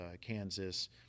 Kansas